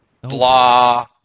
Blah